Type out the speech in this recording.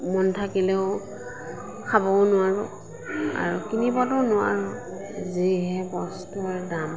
মন থাকিলেও খাবও নোৱাৰোঁ আৰু কিনিবতো নোৱাৰোও যিহে বস্তুৰ দাম